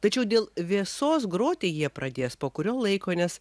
tačiau dėl vėsos groti jie pradės po kurio laiko nes